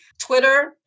Twitter